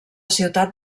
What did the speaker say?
ciutat